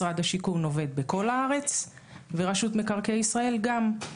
משרד השיכון עובד בכל הארץ ורשות מקרקעי ישראל גם.